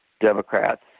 Democrats